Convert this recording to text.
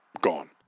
gone